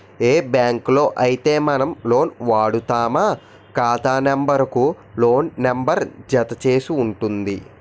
ఏ బ్యాంకులో అయితే మనం లోన్ వాడుతామో ఖాతా నెంబర్ కు లోన్ నెంబర్ జత చేసి ఉంటుంది